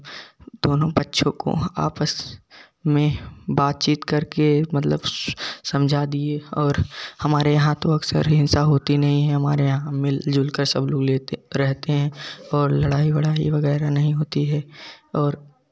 दोनों पक्षों को आपस में बात चीत करके मतलब स समझा दिए और हमारे यहाँ तो अक्सर हिंसा होती नहीं है हमारे यहाँ मिल जुल कर सब लोग लेते रेहते हैं और लड़ाई वड़ाई वगैरह नहीं होती है और